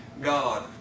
God